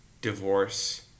divorce